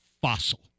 fossil